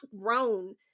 grown